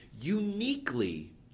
uniquely